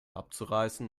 abzureißen